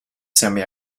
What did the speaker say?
semi